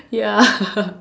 ya